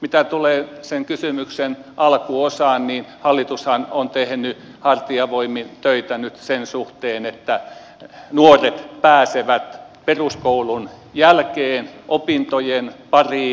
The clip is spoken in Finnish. mitä tulee kysymyksen alkuosaan niin hallitushan on tehnyt hartiavoimin töitä nyt sen suhteen että nuoret pääsevät peruskoulun jälkeen opintojen pariin